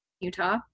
Utah